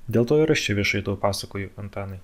dėl to ir aš čia viešai tau pasakoju antanai